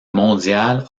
mondial